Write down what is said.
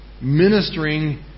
ministering